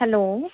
hello